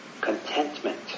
contentment